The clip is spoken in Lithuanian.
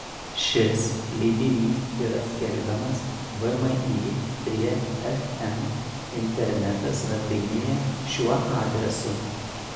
šis leidinys yra skelbiamas vmi prie fm interneto svetainėje šiuo adresu